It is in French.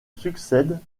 succèdent